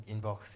inbox